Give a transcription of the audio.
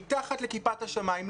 מתחת לכיפת השמיים.